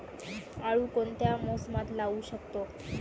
आळू कोणत्या मोसमात लावू शकतो?